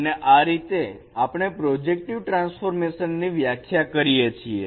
અને આ રીતે આપણે પ્રોજેક્ટિવ ટ્રાન્સફોર્મેશન ની વ્યાખ્યા કરીએ છીએ